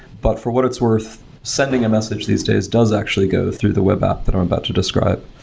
but for what it's worth, sending a message these days does actually go through the web app that i'm about to describe.